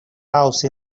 house